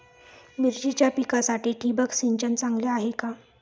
मिरचीच्या पिकासाठी ठिबक सिंचन चांगले आहे का?